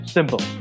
Simple